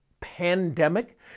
pandemic